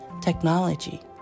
technology